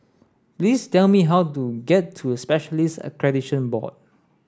please tell me how to get to Specialists Accreditation Board